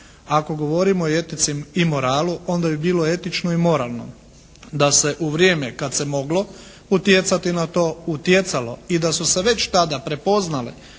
Ako govorimo o etici i moralu onda bi bilo etično i moralno da se u vrijeme kad se moglo utjecati na to utjecalo i da su se već tada prepoznale